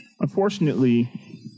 unfortunately